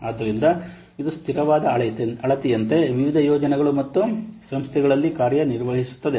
ಆದ್ದರಿಂದ ಇದು ಸ್ಥಿರವಾದ ಅಳತೆಯಂತೆ ವಿವಿಧ ಯೋಜನೆಗಳು ಮತ್ತು ಸಂಸ್ಥೆಗಳಲ್ಲಿ ಕಾರ್ಯನಿರ್ವಹಿಸುತ್ತದೆ